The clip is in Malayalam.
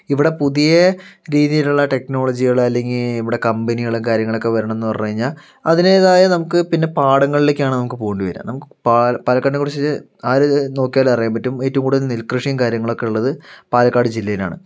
ഇവിടെ പുതിയെ രീതീലുള്ള ടെക്നോളോജികള് അല്ലെങ്കിൽ ഇവിടെ കമ്പനികള് കാര്യങ്ങളൊക്കെ വരണമെന്ന് പറഞ്ഞു കഴിഞ്ഞാൽ അതിനേതായ നമുക്ക് പിന്നെ പാടങ്ങളിലേക്കാണ് നമുക്ക് പോകേണ്ടി വരിക നമുക്ക് പാൽ പാലക്കാടിനെകുറിച്ച് ആര് നോക്കിയാലും അറിയാൻ പറ്റും ഏറ്റവും കൂടുതൽ നെൽ കൃഷീയും കാര്യങ്ങളൊക്കെ ഉള്ളത് പാലക്കാട് ജില്ലയിൽ ആണ്